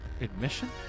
admission